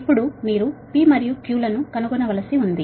ఇప్పుడు మీరు P మరియు Q లను కనుగొనవలసి ఉంది